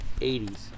80s